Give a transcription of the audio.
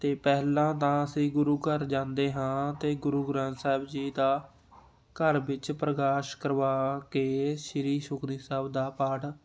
ਅਤੇ ਪਹਿਲਾਂ ਤਾਂ ਅਸੀਂ ਗੁਰੂ ਘਰ ਜਾਂਦੇ ਹਾਂ ਅਤੇ ਗੁਰੂ ਗ੍ਰੰਥ ਸਾਹਿਬ ਜੀ ਦਾ ਘਰ ਵਿੱਚ ਪ੍ਰਕਾਸ਼ ਕਰਵਾ ਕੇ ਸ਼੍ਰੀ ਸੁਖਮਨੀ ਸਾਹਿਬ ਦਾ ਪਾਠ